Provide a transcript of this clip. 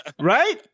right